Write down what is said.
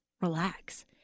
relax